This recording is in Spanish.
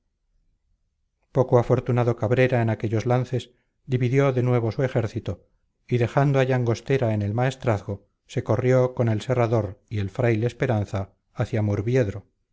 poco afortunado cabrera en aquellos lances dividió de nuevo su ejército y dejando a llangostera en el maestrazgo se corrió con el serrador y el fraile esperanza hacia murviedro